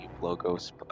logos